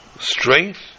strength